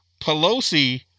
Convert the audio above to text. pelosi